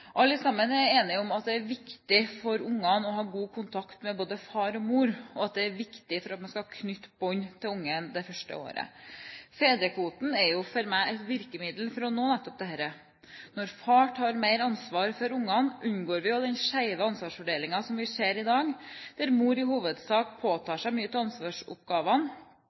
Alle sammen er enige om at det er viktig for barna å ha god kontakt med både far og mor, og at dette er viktig for at man skal knytte bånd med barnet det første året. Fedrekvoten er jo for meg et virkemiddel for å nå nettopp dette. Når far tar mer ansvar for barna, unngår vi også den skjeve ansvarsfordelingen som vi ser i dag, der mor i hovedsak påtar seg mye av